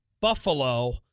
Buffalo